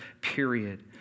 period